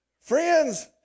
Friends